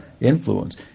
influence